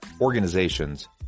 organizations